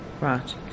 right